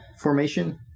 formation